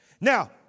Now